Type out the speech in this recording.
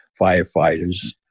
firefighters